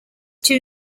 two